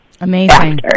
Amazing